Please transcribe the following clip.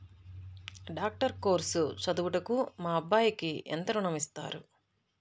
Doctor course చదువుటకు మా అబ్బాయికి ఎంత ఋణం ఇస్తారు?